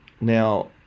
Now